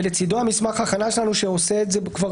ולצדו מסמך ההכנה שלנו שעושה את זה כבר